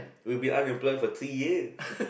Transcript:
we will be unemployed for three years